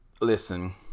Listen